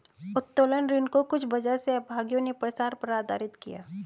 उत्तोलन ऋण को कुछ बाजार सहभागियों ने प्रसार पर आधारित किया